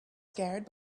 scared